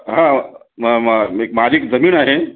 हां म म माझी एक जमीन आहे